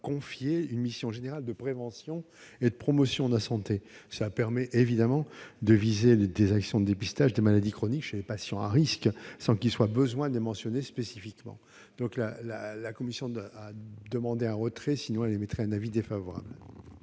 confier une mission générale de prévention et de promotion de la santé. Cela permet évidemment de viser des actions de dépistage des maladies chroniques chez les patients à risques sans qu'il soit besoin de les mentionner spécifiquement dans la loi. La commission demande donc le retrait de ces deux